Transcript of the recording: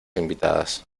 invitadas